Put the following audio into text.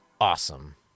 awesome